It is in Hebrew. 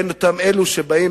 אלה שבאים,